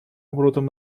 оборотом